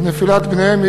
על נפילת בניהן.